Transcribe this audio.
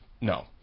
no